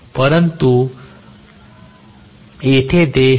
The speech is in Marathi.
येथे परंतु येथे ते 0